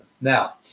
Now